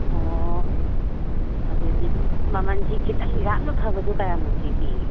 ꯑꯣ ꯑꯗꯨꯗꯤ ꯃꯃꯟꯁꯤ ꯈꯤꯇꯪ ꯌꯥꯝꯅ ꯐꯕꯗꯨ ꯀꯌꯥꯃꯨꯛꯇꯤ ꯄꯤ